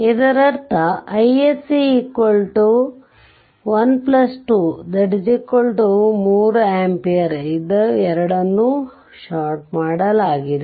ಇದರರ್ಥ iSC iSC 1 2 3 ampere ಎರಡನ್ನೂ ನ್ನು ಷಾರ್ಟ್ ಮಾಡಲಾಗಿದೆ